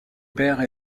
pairs